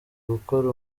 gukora